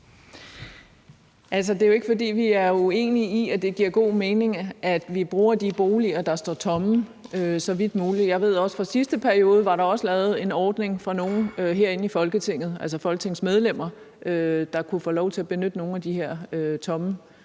Det er jo ikke, fordi vi er uenige i, at det giver god mening, at vi så vidt muligt bruger de boliger, der står tomme. Jeg ved også, at der for sidste periode var lavet en ordning for nogle herinde i Folketinget, altså folketingsmedlemmer, der kunne få lov til at benytte nogle af de her tomme